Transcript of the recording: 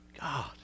God